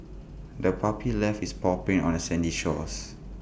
the puppy left its paw prints on the sandy shores